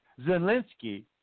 Zelensky